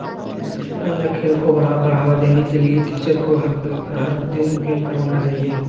school में खेल को बढ़ा बढ़ावा देने के लिए टीचर को हर दिन गेम करवाना चाहिए